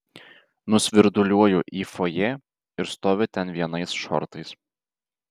nusvirduliuoju į fojė ir stoviu ten vienais šortais